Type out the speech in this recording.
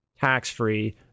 tax-free